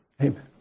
amen